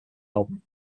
album